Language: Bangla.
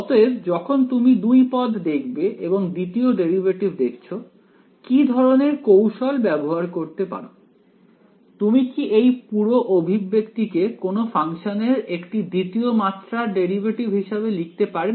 অতএব যখন তুমি দুই পদ দেখবে এবং দ্বিতীয় ডেরিভেটিভ দেখছো কি ধরনের কৌশল ব্যবহার করতে পারো তুমি কি এই পুরো অভিব্যক্তিকে কোন ফাংশনের একটি দ্বিতীয় মাত্রার ডেরিভেটিভ হিসেবে লিখতে পারবে